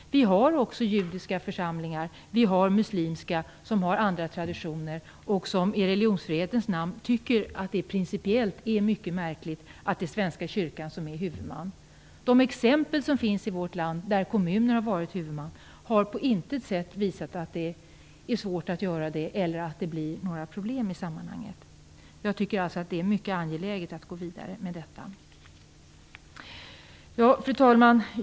Vi har också judiska församlingar och muslimska församlingar som har andra traditioner och som i religionsfrihetens namn tycker att det principiellt är mycket märkligt att det är Svenska kyrkan som är huvudman. De exempel som finns i vårt land där kommuner har varit huvudman har på intet sätt visat att det är svårt att genomföra det eller att det blir några problem i sammanhanget. Jag tycker att det är mycket angeläget att gå vidare med detta. Fru talman!